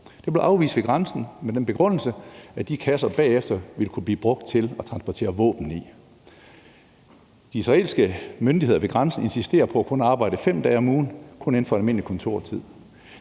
Det blev afvist på grænsen med den begrundelse, at de kasser bagefter ville kunne blive brugt til at transportere våben i. De israelske myndigheder ved grænsen insisterer på kun at arbejde fem dage om ugen og kun inden for almindelig kontortid,